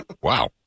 Wow